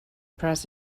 press